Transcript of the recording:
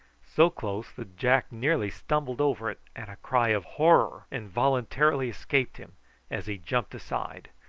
so close that jack nearly stumbled over it, and a cry of horror involuntarily escaped him as he jumped aside.